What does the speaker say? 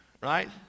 right